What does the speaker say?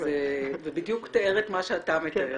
הוא בדיוק תיאר את מה שאתה מתאר.